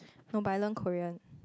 no but I learn Korean